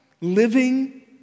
living